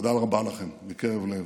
תודה רבה לכם מקרב לב.